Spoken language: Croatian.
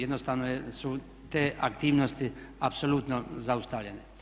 Jednostavno su te aktivnosti apsolutno zaustavljene.